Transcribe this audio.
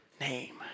name